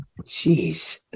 Jeez